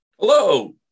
Hello